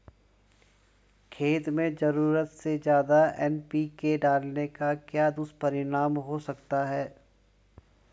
खेत में ज़रूरत से ज्यादा एन.पी.के डालने का क्या दुष्परिणाम हो सकता है?